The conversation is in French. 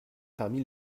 parmi